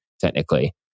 technically